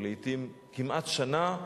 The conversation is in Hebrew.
או לעתים כמעט שנה,